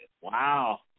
Wow